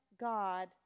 God